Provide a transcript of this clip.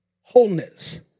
Wholeness